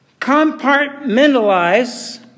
compartmentalize